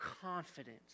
confidence